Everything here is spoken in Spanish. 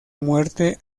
muerte